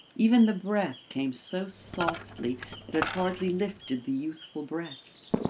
even the breath came so softly that it hardly lifted the youthful breast.